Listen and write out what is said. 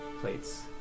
plates